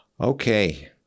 Okay